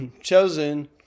chosen